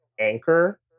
anchor